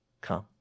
come